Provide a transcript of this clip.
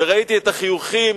וראיתי את החיוכים